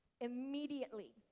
immediately